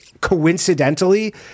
coincidentally